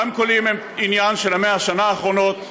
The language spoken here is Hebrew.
רמקולים הם עניין של 100 השנים האחרונות.